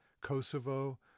Kosovo